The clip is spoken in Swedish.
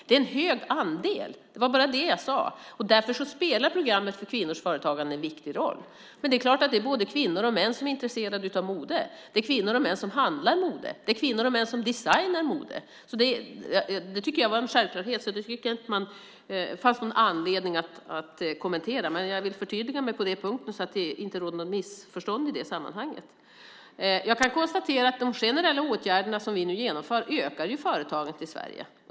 Det är en hög andel. Det var bara det jag sade. Därför spelar programmet för kvinnors företagande en viktig roll. Det är klart att det är både kvinnor och män som är intresserade av mode. Det är kvinnor och män som handlar mode. Det är kvinnor och män som designar mode. Det tycker jag var en självklarhet, så det fanns inte någon anledning att kommentera det. Men jag vill förtydliga mig på den punkten så att det inte råder något missförstånd i det sammanhanget. Jag kan konstatera att de generella åtgärder som vi nu genomför ökar företagandet i Sverige.